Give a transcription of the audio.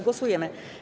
Głosujemy.